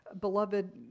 beloved